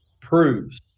proves